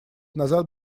назад